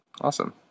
Awesome